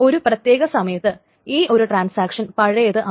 ഒരു പ്രത്യേക സമയത്ത് ഈ ഒരു ട്രാൻസാക്ഷൻ പഴയത് ആകും